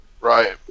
right